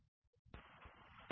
तर येथे नफा 5000 रुपये आहे